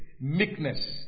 meekness